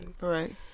Right